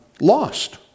lost